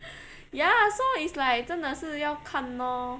ya so it's like 真的是要看 orh